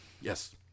Yes